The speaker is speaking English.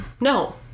No